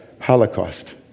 Holocaust